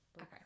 okay